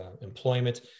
Employment